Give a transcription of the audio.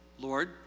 Lord